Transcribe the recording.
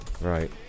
Right